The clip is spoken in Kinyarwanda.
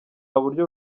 buryo